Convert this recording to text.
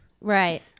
Right